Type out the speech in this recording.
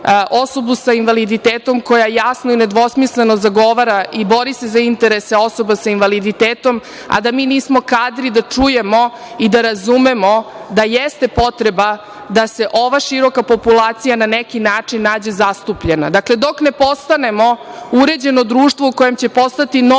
osobu sa invaliditetom koja jasno i nedvosmisleno zagovara i bori se za interese osoba sa invaliditetom, a da mi nismo kadri da čujemo i da razumemo da jeste potreba da se ova široka populacija na neki način nađe zastupljena. Dakle, dok ne postanemo uređeno društvo u kojem će postati normalno